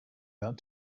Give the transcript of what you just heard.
that